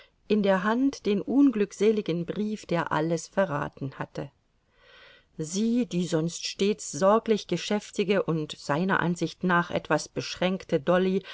in der hand den unglückseligen brief der alles verraten hatte sie die sonst stets sorglich geschäftige und seiner ansicht nach etwas beschränkte dolly